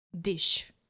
dish